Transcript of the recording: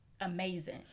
amazing